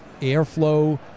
airflow